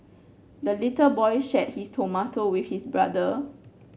the little boy shared his tomato with his brother